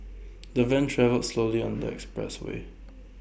the van travelled slowly on the express way